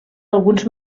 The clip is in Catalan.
alguns